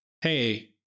Hey